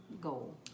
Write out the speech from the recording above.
goal